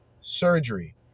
surgery